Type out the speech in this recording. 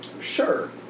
sure